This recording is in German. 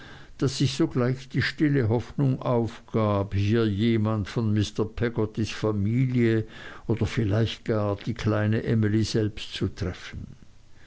daß ich sogleich die stille hoffnung aufgab hier jemand von mr peggottys familie oder vielleicht gar die kleine emly selbst zu treffen